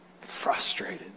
Frustrated